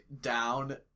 down